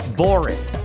boring